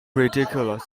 ridiculous